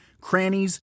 crannies